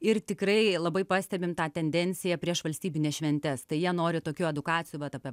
ir tikrai labai pastebim tą tendenciją prieš valstybines šventes tai jie nori tokių edukacijų vat apie